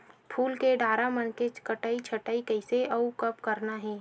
फूल के डारा मन के कटई छटई कइसे अउ कब करना हे?